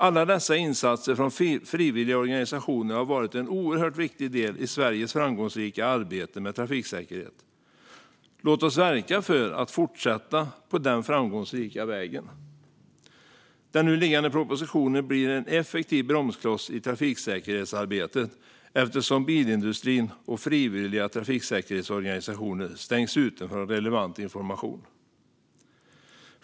Alla dessa insatser från frivilla organisationer har varit en oerhört viktig del i Sveriges framgångsrika arbete med trafiksäkerhet. Låt oss verka för att fortsätta på den framgångsrika vägen. Den nu liggande propositionen blir en effektiv bromskloss i trafiksäkerhetsarbetet eftersom bilindustrin och frivilliga trafiksäkerhetsorganisationer stängs ute från relevant information.